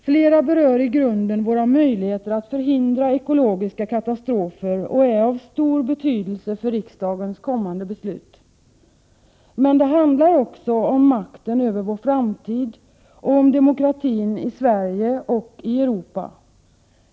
Flera berör i grunden våra möjligheter att förhindra ekologiska katastrofer och är av stor betydelse för riksdagens kommande beslut. Men det handlar också om makten över vår framtid och om demokratin i Sverige och Europa.